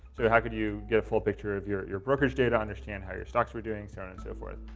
so how could you get a full picture of your your brokerage data, understand how your stocks were doing so and so forth.